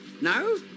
No